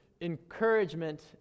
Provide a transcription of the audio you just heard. encouragement